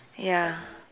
ya